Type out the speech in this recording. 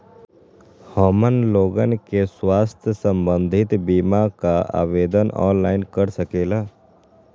हमन लोगन के स्वास्थ्य संबंधित बिमा का आवेदन ऑनलाइन कर सकेला?